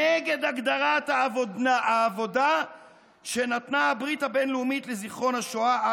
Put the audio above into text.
נגד הגדרת העבודה שנתנה הברית הבין-לאומית לזיכרון השואה,